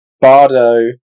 Bardo